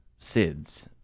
SIDS